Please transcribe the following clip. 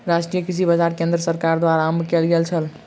राष्ट्रीय कृषि बाजार केंद्र सरकार द्वारा आरम्भ कयल गेल छल